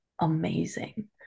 amazing